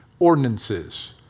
ordinances